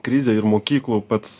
krizė ir mokyklų pats